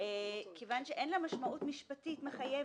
מכיוון שאין לה משמעות משפטית חייבת.